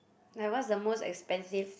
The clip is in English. like what's the most expensive